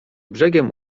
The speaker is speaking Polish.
brzegiem